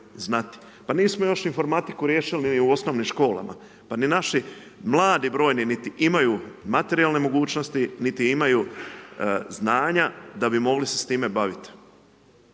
Pa nismo još informatiku riješili ni u osnovnim školama. Pa ni naši mladi brojni, niti imaju materijalne mogućnosti, niti imaju znanja da bi mogli se s time baviti.